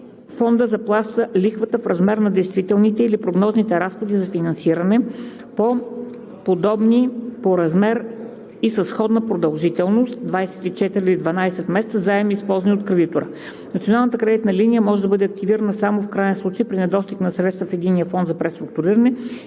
ЕСП заплаща лихва в размер на действителните или прогнозните разходи за финансиране по подобни по размер и със сходна продължителност 24 или 12 месеца заеми, използвани от кредитора. Националната кредитна линия може да бъде активирана само в краен случай – при недостиг на средства в Единния фонд за преструктуриране и